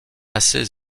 assez